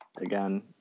again